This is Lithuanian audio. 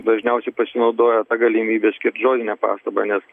dažniausiai pasinaudoja ta galimybe skirt žodinę pastabą nes